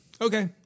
okay